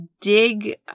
dig